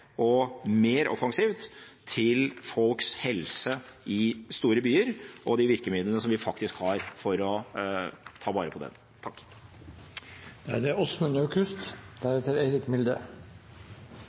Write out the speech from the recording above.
og mer offensivt til folks helse i store byer og de virkemidlene som vi faktisk har for å ta vare på dem. Først takk